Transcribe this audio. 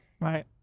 Right